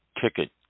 ticket